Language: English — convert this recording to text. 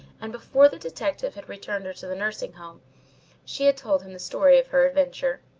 and before the detective had returned her to the nursing home she had told him the story of her adventure.